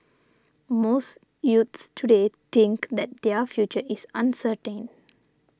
most youths today think that their future is uncertain